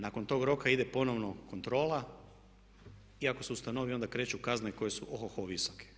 Nakon tog roka ide ponovno kontrola i ako se ustanovi onda kreću kazne koje su o-ho-ho visoke.